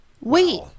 Wait